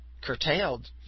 curtailed